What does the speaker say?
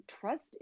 trust